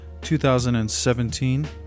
2017